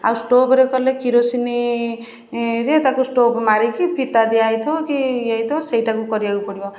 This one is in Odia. ଆଉ ଷ୍ଟୋଭରେ କଲେ କିରୋସିନ ରେ ତା'କୁ ଷ୍ଟୋଭ ମାରିକି ଫିତା ଦିଆ ହେଇଥିବ କି ଏଇ ହେଇଥିବ ସେଇଟାକୁ କରିବାକୁ ପଡ଼ିବ